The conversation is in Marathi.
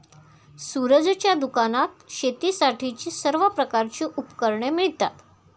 सूरजच्या दुकानात शेतीसाठीची सर्व प्रकारची उपकरणे मिळतात